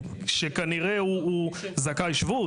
שכנראה הוא זכאי שבות,